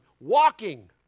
walking